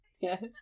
Yes